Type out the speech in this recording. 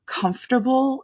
comfortable